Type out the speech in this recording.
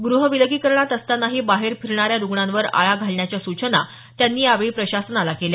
ग्रहविलगीकरणात असतानाही बाहेर फिरणाऱ्या रुग्णांवर आळा घालण्याच्या सूचना त्यांनी यावेळी प्रशासनाला केल्या